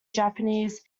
japanese